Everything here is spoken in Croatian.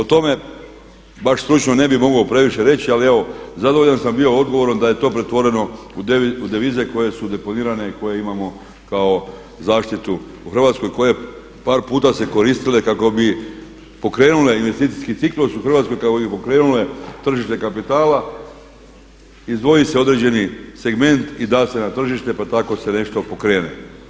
O tome baš stručno ne bi mogao previše reći, ali evo zadovoljan sam bio odgovorom da je to pretvoreno u devize koje su deponirane i koje imamo kao zaštitu u Hrvatskoj koje par puta su se koristile kako bi pokrenule investicijski ciklus u Hrvatskoj kao i pokrenule tržište kapitala, izdvoji se određeni segment i da se na tržište pa tako se nešto pokrene.